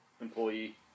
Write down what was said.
employee